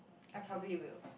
I probably will